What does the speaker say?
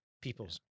People's